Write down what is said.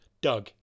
Doug